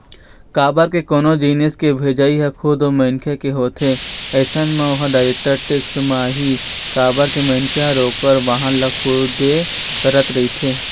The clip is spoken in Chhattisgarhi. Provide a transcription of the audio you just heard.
काबर के कोनो जिनिस के भेजई ह खुद ओ मनखे के होथे अइसन म ओहा डायरेक्ट टेक्स म आही काबर के मनखे ह ओखर वहन ल खुदे करत रहिथे